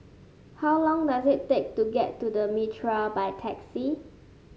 how long does it take to get to The Mitraa by taxi